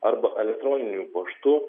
arba elektroniniu paštu